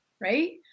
right